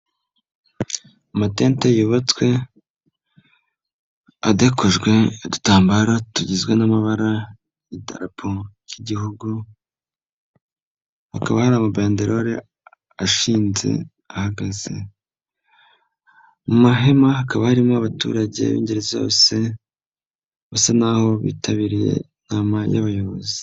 Amatente yubatswe adekojwe udutambaro tugizwe n'amabara y'idarapo cy'Igihugu, hakaba hari amabandelole ashinze ahagaze, mu mahema hakaba harimo abaturage b'ingeri zose basa n'aho bitabiriye inama y'abayobozi.